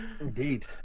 indeed